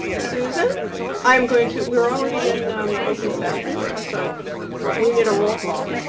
susan i am going to. we're already in open session so we need a roll call.